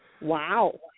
Wow